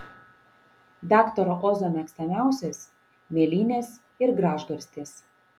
daktaro ozo mėgstamiausios mėlynės ir gražgarstės